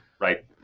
right